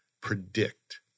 predict